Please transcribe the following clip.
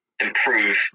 improve